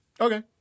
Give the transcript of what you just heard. Okay